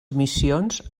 missions